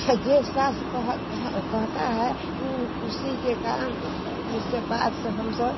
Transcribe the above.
जे सास कहता है ऊ उसी के कारण उसे बाद से हम सब